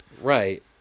Right